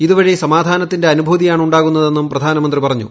ഇതുവഴി സമാധാനത്തിന്റെ അനുഭൂതിയാണ് ഉണ്ടാകുന്നതെന്നും പ്രധാനമന്ത്രി പറഞ്ഞു